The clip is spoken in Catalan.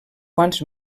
quants